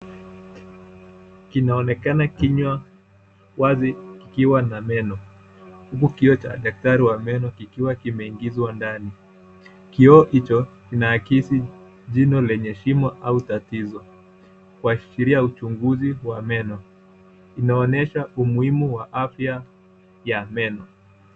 Kinaonekana kinywa wazi kikiwa na meno. Humu kioo cha daktari wa meno kikiwa kimeingizwa ndani. Kioo hicho kinaakisi jino lenye shimo au tatizo kuashiria uchunguzi wa meno. Inaonyesha umuhimu wa afya ya meno.